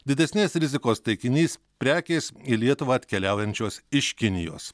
didesnės rizikos taikinys prekės į lietuvą atkeliaujančios iš kinijos